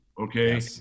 okay